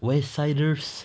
west siders